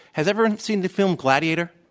has everyone seen the film gladiator?